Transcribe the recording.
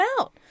out